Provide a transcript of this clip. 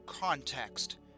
context